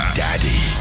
daddy